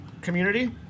community